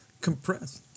Compressed